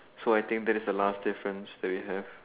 so I think that is the last difference that we have